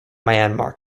myanmar